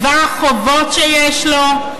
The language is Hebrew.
בדבר החובות שיש לו,